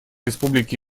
республики